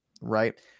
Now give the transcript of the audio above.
right